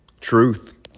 Truth